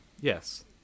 yes